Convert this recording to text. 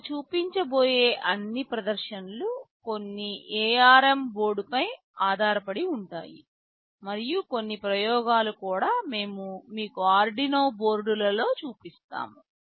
మేము చూపించబోయే అన్ని ప్రదర్శనలు కొన్ని ARM బోర్డుపై ఆధారపడి ఉంటాయి మరియు కొన్ని ప్రయోగాలు కూడా మేము మీకు ఆర్డినో బోర్డులలో చూపిస్తాము